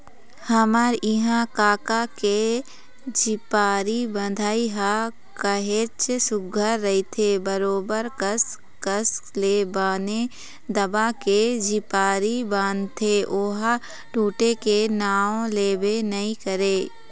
हमर इहाँ कका के झिपारी बंधई ह काहेच सुग्घर रहिथे बरोबर कस कस ले बने दबा के झिपारी बांधथे ओहा छूटे के नांव लेबे नइ करय